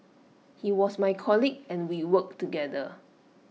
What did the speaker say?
he was my colleague and we worked together